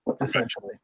essentially